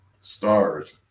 stars